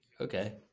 Okay